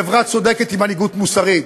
חברה צודקת עם מנהיגות מוסרית,